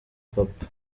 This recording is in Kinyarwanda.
papa